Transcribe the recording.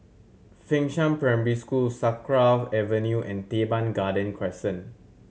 Fengshan Primary School Sakra Avenue and Teban Garden Crescent